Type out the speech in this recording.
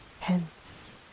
Hence